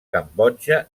cambodja